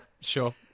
Sure